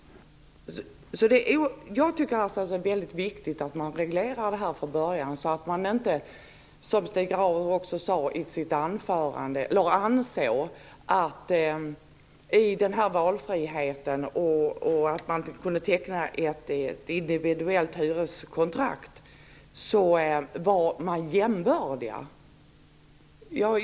Det är väldigt viktigt att det sker en reglering redan från början. Det är inte så, som Stig Grauers sade i sitt anförande, att man i och med valfriheten att teckna ett individuellt hyreskontrakt är jämbördig.